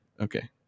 Okay